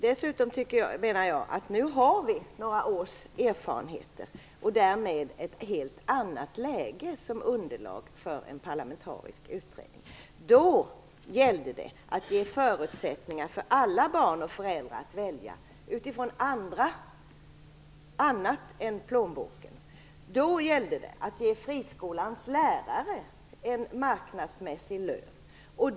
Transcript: Dessutom menar jag att vi nu har några års erfarenheter som underlag för en parlamentarisk utredning och därmed ett helt annat läge. Då gällde det att ge förutsättningar för alla barn och föräldrar att välja utifrån andra förutsättningar än plånboken. Då gällde det att ge friskolornas lärare en marknadsmässig lön.